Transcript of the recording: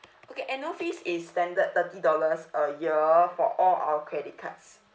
okay annual fees is standard thirty dollars a year for all our credit cards